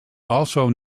also